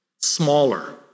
smaller